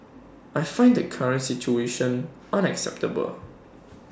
I find the current situation unacceptable